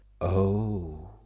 Oh